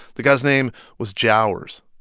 the guy's name was jowers,